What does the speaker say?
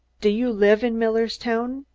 do you live in millerstown?